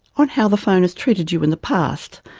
on how the phone has treated you in the past.